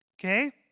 Okay